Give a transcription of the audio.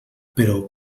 però